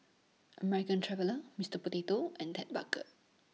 American Traveller Mister Potato and Ted Barker